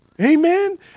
Amen